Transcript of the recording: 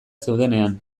zeudenean